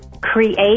create